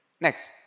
Next